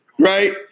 right